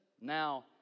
now